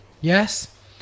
Yes